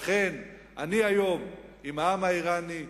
לכן אני היום עם העם האירני.